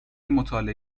مطالعه